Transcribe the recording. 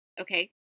Okay